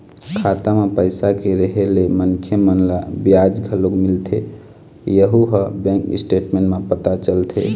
खाता म पइसा के रेहे ले मनखे मन ल बियाज घलोक मिलथे यहूँ ह बैंक स्टेटमेंट म पता चलथे